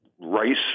rice